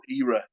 era